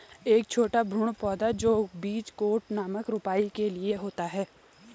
एक छोटा भ्रूण पौधा जो बीज कोट नामक रोपाई के लिए होता है